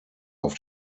auf